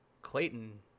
clayton